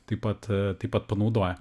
taip pat taip pat panaudoję